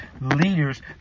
Leaders